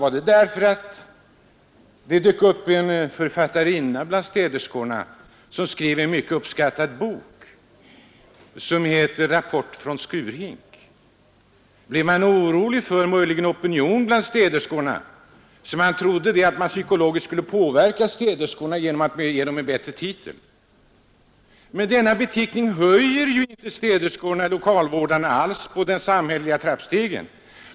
Var det för att det dök upp en författarinna bland städerskorna som skrev en mycket uppskattad bok ”Rapport från en skurhink”? Blev man möjligen orolig för en opinion bland städerskorna och trodde att man skulle psykologiskt påverka dem genom att ge dem en bättre titel? Men denna nya beteckning på städerskorna — lokalvårdare — höjde dem ju inte på det samhälleliga trappsteget.